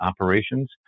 operations